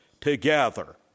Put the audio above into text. together